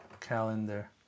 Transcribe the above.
calendar